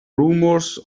rumors